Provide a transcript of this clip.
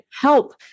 help